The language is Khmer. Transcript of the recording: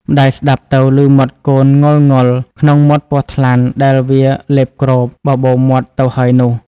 ម្ដាយស្ដាប់ទៅឮមាត់កូនង៉ុលៗ ក្នុងមាត់ពស់ថ្លាន់ដែលវាលេបគ្រប បបូរមាត់ទៅហើយនោះ។